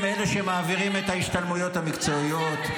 אלה שמעבירים את ההשתלמויות המקצועיות.